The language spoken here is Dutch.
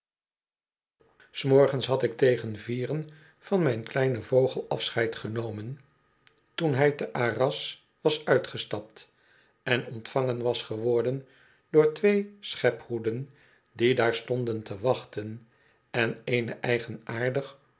s morgens had ik tegen vieren van mijn kleinen vogel afscheid genomen toen hij te arras was uitgestapt en ontvangen was geworden door twee schephoeden die daar stonden te wachten en